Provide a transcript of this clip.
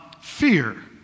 Fear